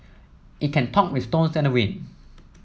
it can talk with stones and wind